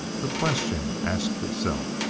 the question asked itself.